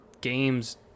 games